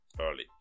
early